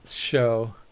show